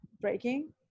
breaking